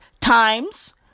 times